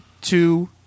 two